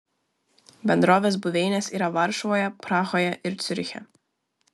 bendrovės buveinės yra varšuvoje prahoje ir ciuriche